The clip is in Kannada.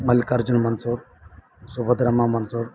ಮಲ್ಲಿಕಾರ್ಜುನ ಮನ್ಸೂರ ಸುಭದ್ರಮ್ಮ ಮನ್ಸೂರ